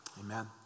Amen